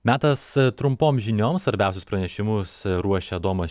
metas trumpoms žinioms svarbiausius pranešimus ruošia adomas